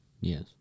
Yes